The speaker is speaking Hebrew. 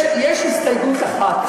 יש הסתייגות אחת.